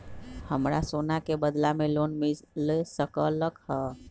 हमरा सोना के बदला में लोन मिल सकलक ह?